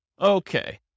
Okay